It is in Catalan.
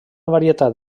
varietat